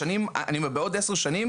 בעוד עשר שנים